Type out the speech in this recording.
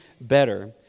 better